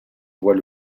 voit